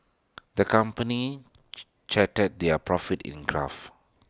the company charted their profits in A graph